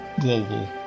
global